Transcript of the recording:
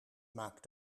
maak